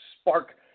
spark